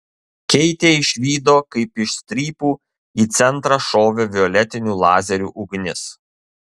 keitė išvydo kaip iš strypų į centrą šovė violetinių lazerių ugnis